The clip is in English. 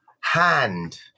hand